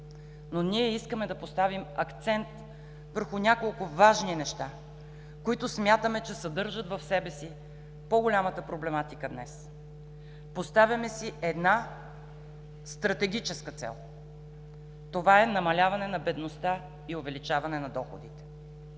но ние искаме да поставим акцент върху няколко важни неща, които смятаме, че съдържат в себе си по-голямата проблематика днес. Поставяме си една стратегическа цел – това е намаляване на бедността и увеличаване на доходите.